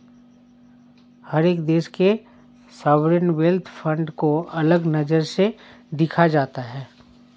हर एक देश के सॉवरेन वेल्थ फंड को अलग नजर से देखा जाता है